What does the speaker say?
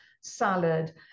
salad